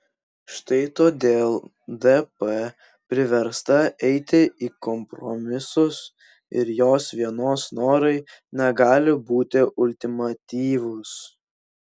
štai todėl dp priversta eiti į kompromisus ir jos vienos norai negali būti ultimatyvūs